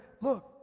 look